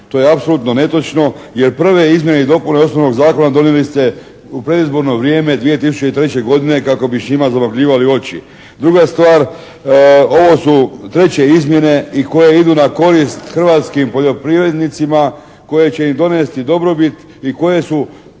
To je apsolutno netočno jer prve izmjene i dopune osnovnog zakona donijeli ste u predizborno vrijeme 2003. godine kako bi s njima zamagljivali oči. Druga stvar, ovo su treće izmjene i koje idu na korist hrvatskim poljoprivrednicima koje će im donijeti dobrobit i koje su